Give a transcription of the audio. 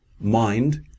mind